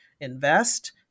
invest